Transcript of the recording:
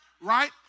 right